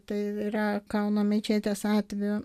tai yra kauno mečetės atveju